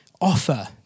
offer